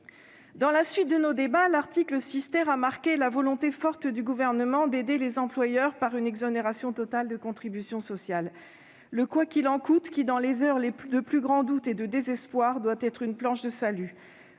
Dans la suite de nos débats, l'article 6 a marqué la volonté forte du Gouvernement d'aider les employeurs par une exonération totale de contributions sociales. Cela illustre le « quoi qu'il en coûte » qui, dans les heures de grand doute et de désespoir, doit être une planche de salut.